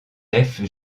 nefs